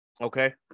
Okay